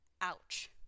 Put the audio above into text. Ouch